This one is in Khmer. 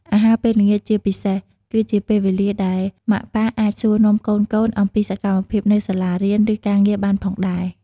អាហារពេលល្ងាចជាពិសេស គឺជាពេលវេលាដែលម៉ាក់ប៉ាអាចសួរនាំកូនៗអំពីសកម្មភាពនៅសាលារៀន ឬការងារបានផងដែរ។